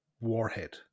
warhead